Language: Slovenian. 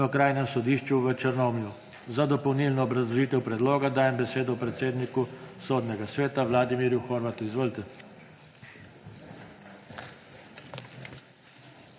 na Okrajnem sodišču v Črnomlju. Za dopolnilno obrazložitev predloga dajem besedo predsedniku Sodnega sveta Vladimirju Horvatu. Izvolite.